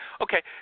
Okay